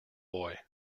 boy